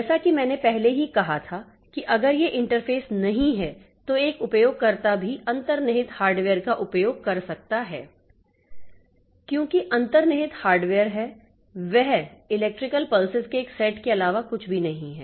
जैसा कि मैंने पहले ही कहा था कि अगर यह इंटरफेस नहीं है तो एक उपयोगकर्ता भी अंतर्निहित हार्डवेयर का उपयोग कर सकता है क्योंकि अंतर्निहित हार्डवेयर है वह इलेक्ट्रिकल पल्सेस के एक सेट के अलावा कुछ भी नहीं है